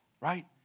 right